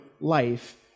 life